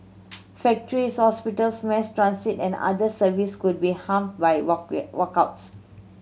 factories hospitals mass transit and other service could be hampered by walkouts